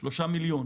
שהם